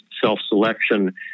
self-selection